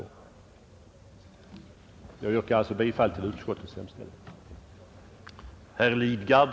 45 Jag yrkar alltså bifall till utskottets hemställan.